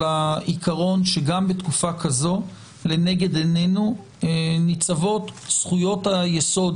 העיקרון שגם בתקופה כזאת לנגד עינינו ניצבות זכויות היסוד